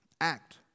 Act